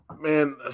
Man